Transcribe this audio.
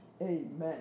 Amen